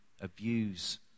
abuse